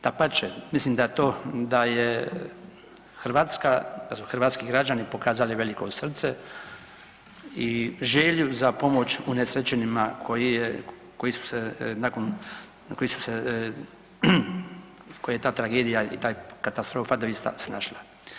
Dapače, mislim da je to, da je Hrvatska da su hrvatski građani pokazali veliko srce i želju za pomoć unesrećenima koji je, koji su se nakon, koji su se, koje je ta tragedija i taj katastrofa doista snašla.